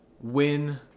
win